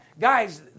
guys